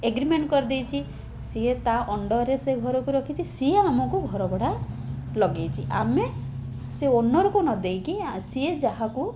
agreement କରିଦେଇଛି ସିଏ ତା' ଅଣ୍ଡରରେ ସେ ଘରକୁ ରଖିଛି ସିଏ ଆମକୁ ଘର ଭଡ଼ା ଲଗେଇଛି ଆମେ ସେ ଓନରକୁ ନ ଦେଇକି ସିଏ ଯାହାକୁ